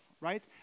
right